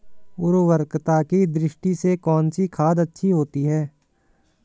उर्वरकता की दृष्टि से कौनसी खाद अच्छी होती है?